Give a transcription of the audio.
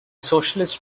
socialist